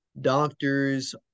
doctors